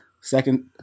Second